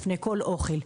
לפני כל ארוחה.